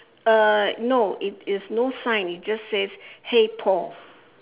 uh no it is no sign it just says hey paul